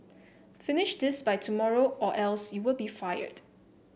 finish this by tomorrow or else you'll be fired